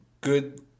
good